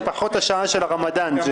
פחות השעה של הרמדאן.